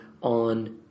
on